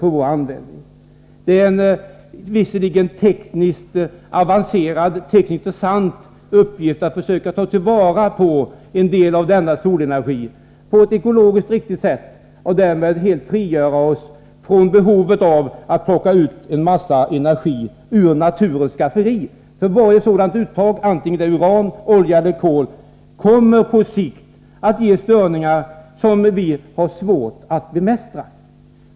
Det är naturligtvis en tekniskt intressant uppgift att försöka ta vara på en del av denna solenergi på ett ekologiskt riktigt sätt och därmed helt frigöra oss från behovet av att plocka ut energi ur naturens skafferi. För varje sådant uttag, vare sig det gäller uran, olja eller kol, kommer att på sikt leda till störningar som vi har svårt att bemästra.